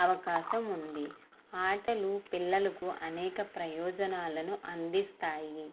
అవకాశం ఉంది ఆటలు పిల్లలకు అనేక ప్రయోజనాలను అందిస్తాయి